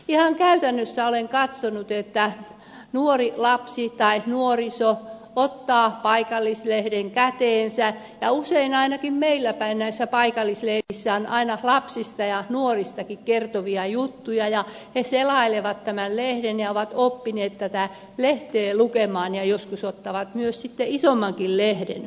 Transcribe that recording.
ihan käytännössä olen katsonut kun nuori lapsi tai nuoriso ottaa paikallislehden käteensä ja usein ainakin meillä päin näissä paikallislehdissä on aina lapsista ja nuoristakin kertovia juttuja ja he selailevat tämän lehden ja ovat oppineet tätä lehteä lukemaan ja joskus ottavat myös sitten isommankin lehden